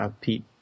Pete